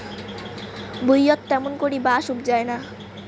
ভুঁইয়ত ত্যামুন করি বাঁশ উবজায় না